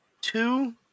two